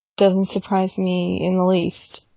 doesn't surprise me in the least.